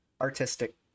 artistic